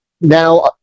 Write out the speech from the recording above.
now